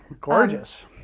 Gorgeous